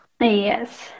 Yes